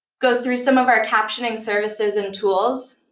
go through some of our captioning services and tools,